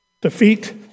Defeat